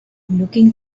looking